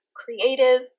creative